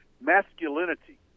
masculinity